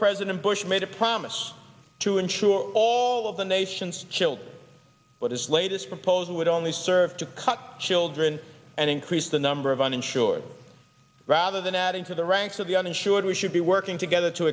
president bush made a promise to insure all of the nation's children but his latest proposal would only serve to cut children and increase the number of uninsured rather than adding to the ranks of the uninsured we should be working together to